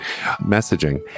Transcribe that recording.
messaging